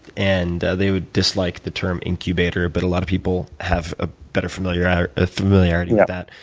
and they would dislike the term incubator, but a lot of people have a better familiarity ah familiarity with that.